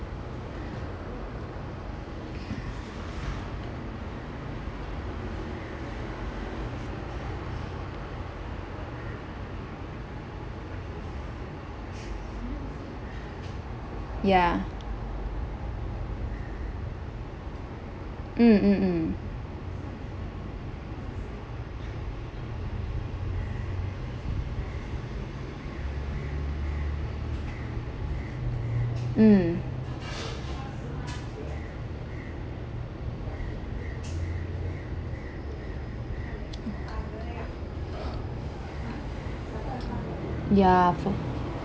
ya mm mm mm mm ya for